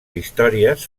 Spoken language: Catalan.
històries